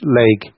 leg